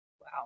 Wow